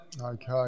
Okay